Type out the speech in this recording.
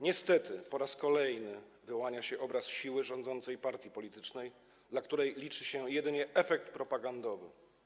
Niestety, po raz kolejny wyłania się obraz siły rządzącej partii politycznej, dla której liczy się jedynie efekt propagandowy.